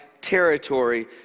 territory